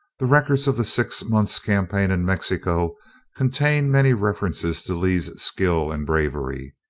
the records of the six months' campaign in mexico contain many references to lee's skill and bravery.